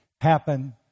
happen